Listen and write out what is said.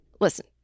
listen